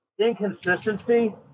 inconsistency